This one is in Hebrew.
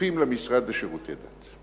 כפופים למשרד לשירותי דת.